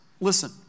Listen